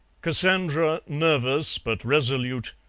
cassandra, nervous but resolute,